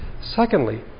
Secondly